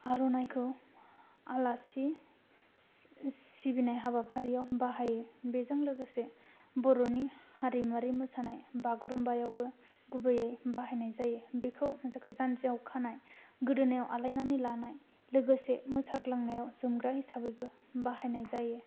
आरनायखौ आलासि सिबिनाय हाबाफारिआव बाहायो बेजों लोगोसे बर'नि हारिमुआरि मोसानाय बागुरुमबायावबो गुबैयै बाहायनाय जायो बेखौ जानजिआव खानाय गोदोनायाव आलायनानै लानाय लोगोसे मोसाग्लांनायाव जोमग्रा हिसाबैबो बाहायनाय जायो